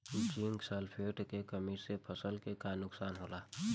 Zinc sulphate के कमी से फसल के का नुकसान होला?